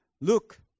Look